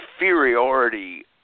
inferiority